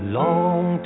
long